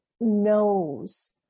knows